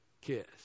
kiss